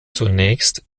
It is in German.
zunächst